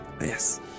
yes